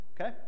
okay